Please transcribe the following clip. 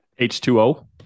H2O